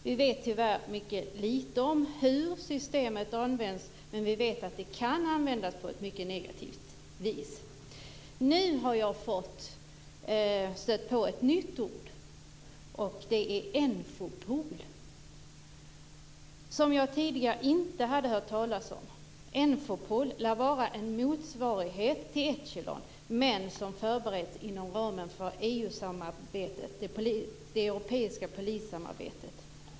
Vi vet tyvärr mycket lite om hur systemet används, men vi vet att det kan användas på ett mycket negativt vis. Nu har jag stött på ett nytt ord - Enfopol - som jag tidigare inte har hört talas om. Enfopol lär vara en motsvarighet till Echelon, men det har förberetts inom ramen för EU-samarbetet - det europeiska polissamarbetet.